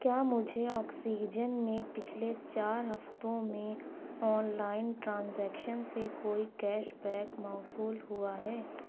کیا مجھے آکسیجن میں پچھلے چار ہفتوں میں آن لائن ٹرانزیکشن سے کوئی کیش بیک موصول ہوا ہے